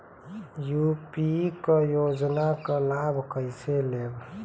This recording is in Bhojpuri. यू.पी क योजना क लाभ कइसे लेब?